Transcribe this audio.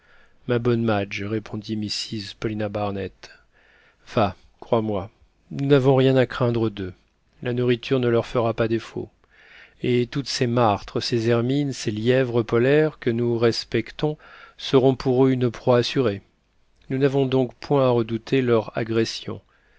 ma bonne madge répondit mrs paulina barnett va crois-moi nous n'avons rien à craindre d'eux la nourriture ne leur fera pas défaut et toutes ces martres ces hermines ces lièvres polaires que nous respectons seront pour eux une proie assurée nous n'avons donc point à redouter leurs agressions